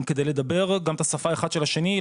גם כדי לדבר את השפה אחד של השני.